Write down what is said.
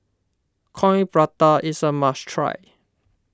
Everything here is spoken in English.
Coin Prata is a must try